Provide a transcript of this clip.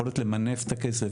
זה היכולת למנף את הכסף.